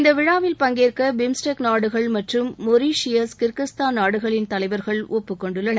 இந்த விழாவில் பங்கேற்க பிம்ஸ்டெக் நாடுகள் மற்றும் மொரீஷியஸ் கிர்கிஸ்தான் நாடுகளின் தலைவர்கள் ஒப்புக்கொண்டுள்ளனர்